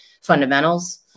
fundamentals